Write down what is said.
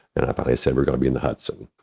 and i thought i said, we're going to be in the hudson,